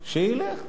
שילך,